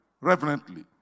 reverently